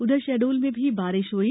उधर शहडोल में भी बारिष हुई